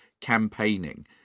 campaigning